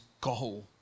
goal